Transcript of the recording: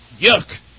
Yuck